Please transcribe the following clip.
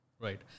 Right